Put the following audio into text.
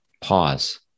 Pause